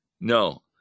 No